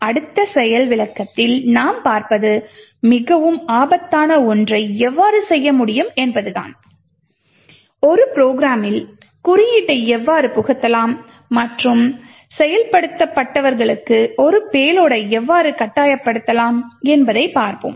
அடுத்த செயல் விளக்கத்தில் நாம் பார்ப்பது மிகவும் ஆபத்தான ஒன்றை எவ்வாறு செய்ய முடியும் என்பதுதான் ஒரு ப்ரோக்ராமில் கோட்டை எவ்வாறு புகுத்தலாம் மற்றும் செயல்படுத்தப்பட்டவர்களுக்கு ஒரு பேலோடை எவ்வாறு கட்டாயப்படுத்தலாம் என்பதைப் பார்ப்போம்